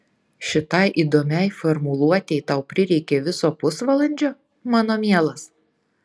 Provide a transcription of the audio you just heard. šitai įdomiai formuluotei tau prireikė viso pusvalandžio mano mielas